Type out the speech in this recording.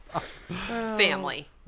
Family